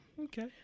okay